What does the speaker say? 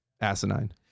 asinine